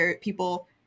people